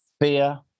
fear